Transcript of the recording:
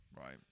right